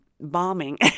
bombing